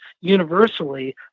universally